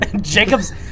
Jacob's